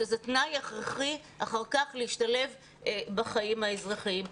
שזה תנאי הכרחי אחר כך להשתלב בחיים האזרחיים.